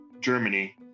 Germany